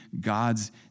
God's